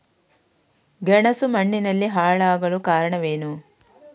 ಗೆಣಸು ಮಣ್ಣಿನಲ್ಲಿ ಹಾಳಾಗಲು ಕಾರಣವೇನು?